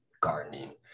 gardening